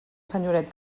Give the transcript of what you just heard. senyoret